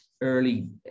early